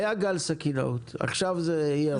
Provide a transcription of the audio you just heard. היה גל סכינאות, עכשיו זה ירי.